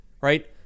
right